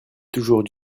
toujours